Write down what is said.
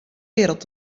wereld